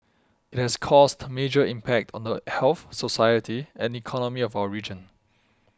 it has caused major impact on the health society and economy of our region